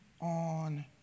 on